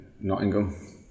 Nottingham